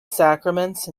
sacraments